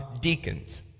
deacons